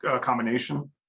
combination